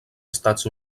estats